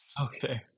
Okay